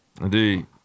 Indeed